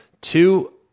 two